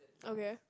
okay